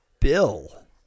bill